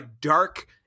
dark